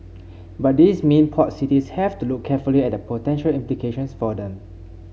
but these mean port cities have to look carefully at the potential implications for them